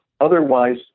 otherwise